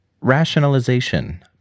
Rationalization